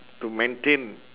to maintain